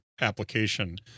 application